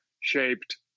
shaped